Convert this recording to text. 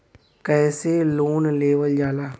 कैसे लोन लेवल जाला?